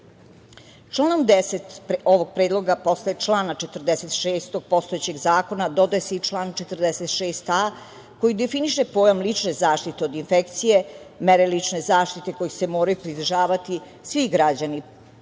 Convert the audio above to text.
struka. Članom 10. ovog predloga posle člana 46. postojećeg zakona dodaje se i član 46a koji definiše pojam lične zaštite od infekcije, mere lične zaštite koje se moraju pridržavati svi građani,